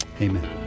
Amen